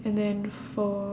and then for